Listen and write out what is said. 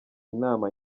inama